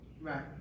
Right